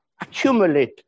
accumulate